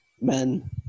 men